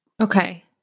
Okay